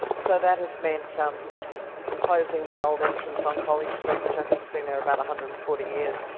so that has meant um i'm closing the old entrance on college street which i think has been there about one hundred and forty years,